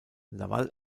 laval